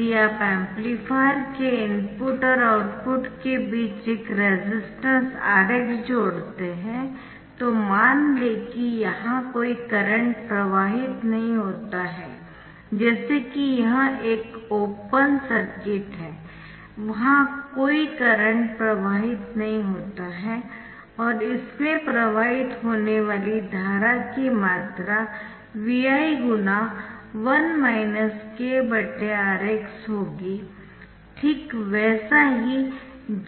यदि आप एम्पलीफायर के इनपुट और आउटपुट के बीच एक रेसिस्टेंस Rx जोड़ते है तो मान लें कि यहां कोई करंट प्रवाहित नहीं होता है जैसे कि यह एक ओपन सर्किट है वहां कोई करंट प्रवाहित नहीं होता है और इसमें प्रवाहित होने वाली धारा की मात्रा Vi ×1 kRx होगी ठीक वैसा ही